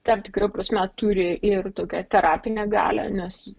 tam tikra prasme turi ir tokią terapinę galią nes